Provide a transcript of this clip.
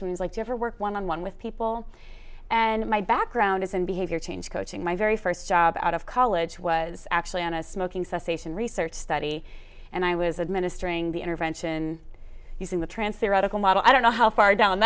work one on one with people and my background is in behavior change coaching my very first job out of college was actually on a smoking cessation research study and i was administering the intervention using the trance the radical model i don't know how far down